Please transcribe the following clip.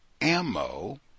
ammo